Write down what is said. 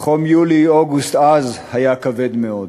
"חום יולי-אוגוסט אז היה כבד מאוד".